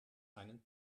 einen